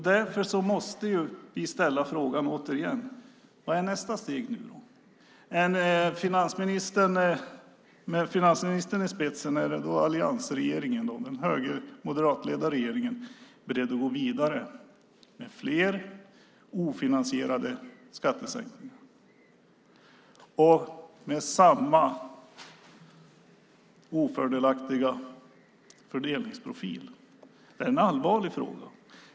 Därför måste jag återigen ställa frågan: Vad är nästa steg? Är alliansregeringen, den moderatledda regeringen med finansministern i spetsen, beredd att gå vidare med fler ofinansierade skattesänkningar med samma ofördelaktiga fördelningsprofil? Det är en allvarlig fråga.